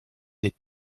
des